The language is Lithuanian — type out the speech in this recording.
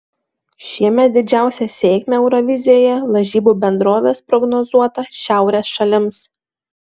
šiemet didžiausią sėkmę eurovizijoje lažybų bendrovės prognozuota šiaurės šalims